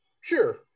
sure